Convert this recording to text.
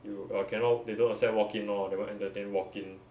you uh cannot they don't accept walk in lor that won't entertain walk in